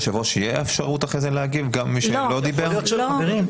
אז נברר את זה --- לא,